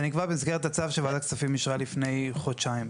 זה נקבע במסגרת הצו שוועדת הכספים אישרה לפני חודשיים.